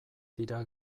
dira